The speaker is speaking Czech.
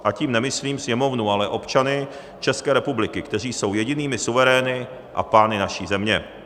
A tím nemyslím Sněmovnu, ale občany České republiky, kteří jsou jedinými suverény a pány naší země.